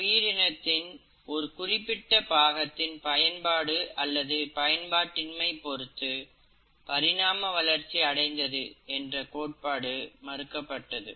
உயிரினத்தின் ஒரு குறிப்பிட்ட பாகத்தின் பயன்பாடு அல்லது பயன்பாட்டின்மை பொருத்து பரிணாம வளர்ச்சி அடைந்தது என்ற கோட்பாடு மறுக்கப்பட்டது